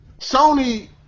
Sony